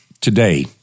today